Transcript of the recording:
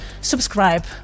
subscribe